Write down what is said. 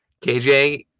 KJ